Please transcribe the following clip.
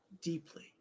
deeply